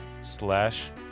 slash